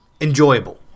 enjoyable